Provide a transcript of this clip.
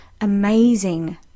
amazing